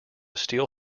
steel